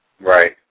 Right